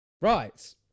right